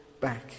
back